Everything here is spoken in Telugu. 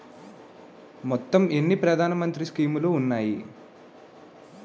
మొత్తం ఎన్ని ప్రధాన మంత్రి స్కీమ్స్ ఉన్నాయి?